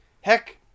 heck